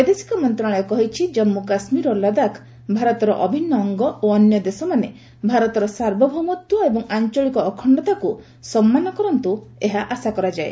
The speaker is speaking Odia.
ବୈଦେଶିକ ମନ୍ତ୍ରଣାଳୟ କହିଛି ଜମ୍ମୁ କାଶ୍ମୀର ଓ ଲଦାଖ୍ ଭାରତର ଅଭିନ୍ନ ଅଙ୍ଗ ଓ ଅନ୍ୟ ଦେଶମାନେ ଭାରତର ସାର୍ବଭୌମତ୍ୱ ଏବଂ ଆଞ୍ଚଳିକ ଅଖକ୍ତାକୁ ସମ୍ମାନ କରନ୍ତୁ ଏହା ଆଶା କରାଯାଏ